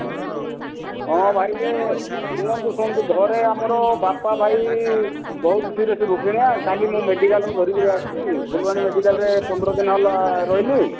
ହଁ ଭାଇ ଇଏ ଶୁଣନ୍ତୁ ଶୁଣନ୍ତୁ ଘରେ ଆମର ବାପା ଭାଇ ବହୁତ ସିରିଏସ ରୋଗିଣା କାଲି ମୁଁ ମେଡ଼ିକାଲରୁ ଧରିକିନା ଆସିଛି ଫୁଲବାଣୀ ମେଡ଼ିକାଲରେ ପନ୍ଦର ଦିନ ହେଲା ରହିଲି